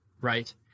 right